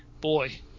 boy